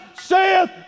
saith